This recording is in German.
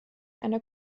einer